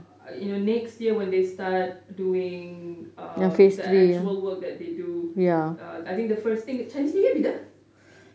you know next year when they start doing uh the actual work that they do I think the first thing chinese new year bila